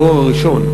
בתואר הראשון.